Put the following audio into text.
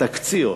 בתקציר,